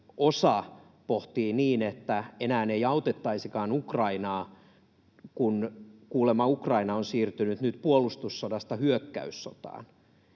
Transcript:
osa pohtii niin, että enää ei autettaisikaan Ukrainaa, kun kuulemma Ukraina on siirtynyt nyt puolustussodasta hyökkäyssotaan?